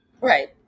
Right